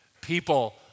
people